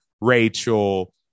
Rachel